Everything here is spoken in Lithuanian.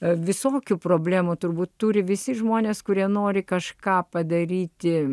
visokių problemų turbūt turi visi žmonės kurie nori kažką padaryti